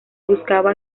buscaba